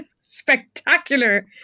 spectacular